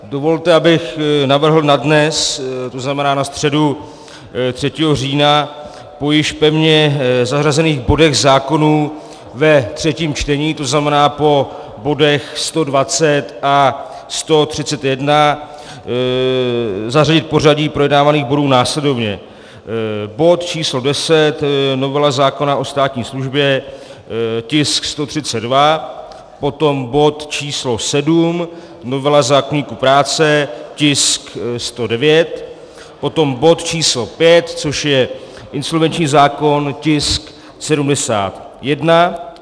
Dovolte, abych navrhl na dnes, to znamená na středu 3. října, po již pevně zařazených bodech zákonů ve třetím čtení, to znamená po bodech 120 a 131, zařadit v pořadí projednávaných bodů následovně: bod č. 10 novela zákona o státní službě, tisk 132, potom bod č. 7 novela zákoníku práce, tisk 109, potom bod č. 5, což je insolvenční zákon, tisk 71.